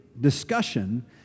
discussion